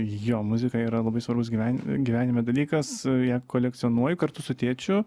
jo muzika yra labai svarbus gyven gyvenime dalykas ją kolekcionuoji kartu su tėčiu